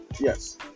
yes